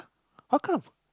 how come